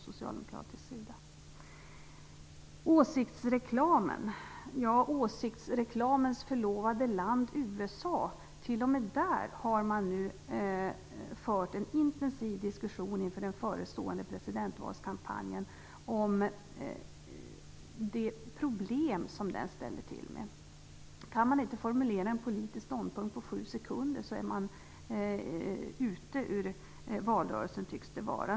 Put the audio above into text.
Sedan har vi åsiktsreklamen. T.o.m. i åsiktsreklamens förlovade land USA har man nu fört en intensiv diskussion inför den förestående presidentvalskampanjen om de problem som den ställer till med. Kan man inte formulera en politisk ståndpunkt på sju sekunder är man ute ur valrörelsen.